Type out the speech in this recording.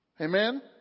Amen